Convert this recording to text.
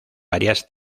varias